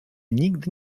nigdy